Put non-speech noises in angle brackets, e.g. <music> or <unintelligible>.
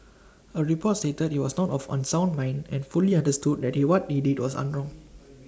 A report stated he was not of unsound mind and fully understood that he what he did was <unintelligible> wrong